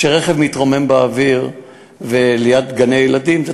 כשרכב מתרומם באוויר ליד גני-ילדים זה